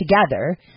together